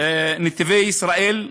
"נתיבי ישראל"